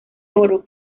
oro